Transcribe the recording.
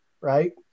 right